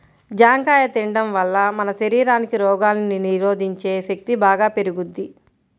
జాంకాయ తిండం వల్ల మన శరీరానికి రోగాల్ని నిరోధించే శక్తి బాగా పెరుగుద్ది